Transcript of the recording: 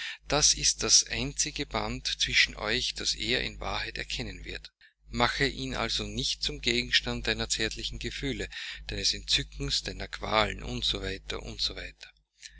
das ist das einzige band zwischen euch das er in wahrheit anerkennen wird mache ihn also nicht zum gegenstande deiner zärtlichen gefühle deines entzückens deiner qualen u